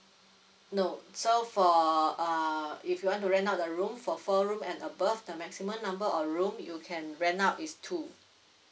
no so for uh if you want to rent out the room for four room and above the maximum number of room you can rent out is two